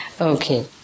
Okay